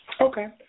Okay